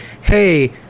Hey